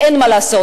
אין מה לעשות,